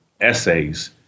essays